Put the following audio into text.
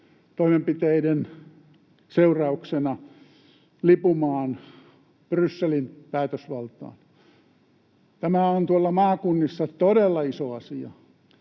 toimenpiteiden seurauksena lipumaan Brysselin päätösvaltaan. Tämä on tuolla maakunnissa todella iso asia.